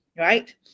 Right